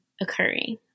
occurring